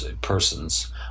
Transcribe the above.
persons